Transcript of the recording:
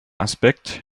aspekt